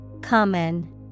Common